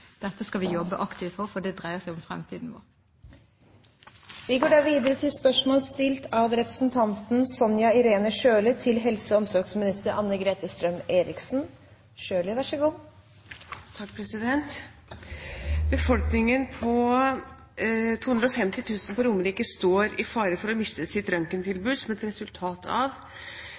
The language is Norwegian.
Dette skal vi jobbe aktivt for, for det dreier seg om fremtiden vår. «Befolkningen på 250 000 på Romerike står i fare for å miste sitt røntgentilbud som et resultat av